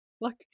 look